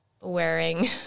wearing